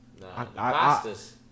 Pastas